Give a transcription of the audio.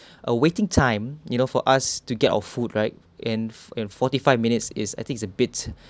uh waiting time you know for us to get our food right in in forty-five minutes is is I think is a bit